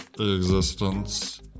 existence